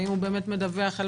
האם הוא באמת מדווח,